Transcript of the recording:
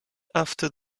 after